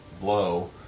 Blow